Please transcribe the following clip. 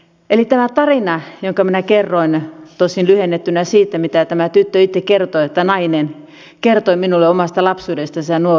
eli tämä tarina jonka minä kerroin tosin lyhennettynä siitä oli se mitä tämä tyttö itse kertoi tai nainen minulle omasta lapsuudestansa ja nuoruudestansa